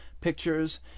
pictures